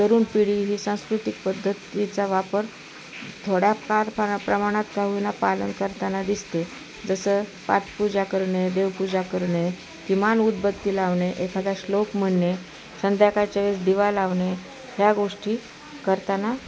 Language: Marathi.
तरुण पिढी ही सांस्कृतिक पद्धतीचा वापर थोड्या फार पा प्रमाणात का होईना पालन करताना दिसते जसं पाटपूजा करणे देवपूजा करणे किमान उदबत्ती लावणे एखाद्या श्लोक म्हणणे संध्याकाळच्या वेळेस दिवा लावणे ह्या गोष्टी करताना